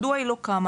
מדוע היא לא קמה?